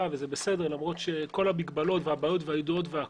וזה בסדר למרות שכל המגבלת ידועות והכול.